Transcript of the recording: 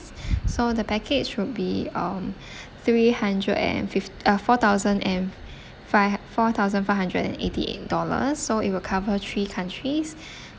so the package would be um three hundred and fift~ uh four thousand and f~ five four thousand five hundred and eighty eight dollars so it will cover three countries